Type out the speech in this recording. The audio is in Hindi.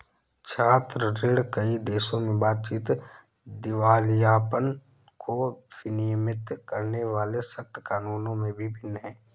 छात्र ऋण, कई देशों में बातचीत, दिवालियापन को विनियमित करने वाले सख्त कानूनों में भी भिन्न है